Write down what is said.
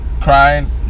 crying